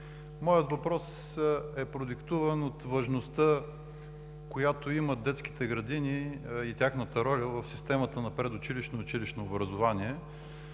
моят въпрос е продиктуван от важността, която имат детските градини и тяхната роля в системата на предучилищното и училищно образование,